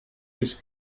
this